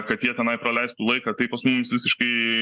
kad jie tenai praleistų laiką tai pas mumis visiškai